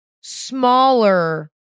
smaller